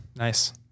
Nice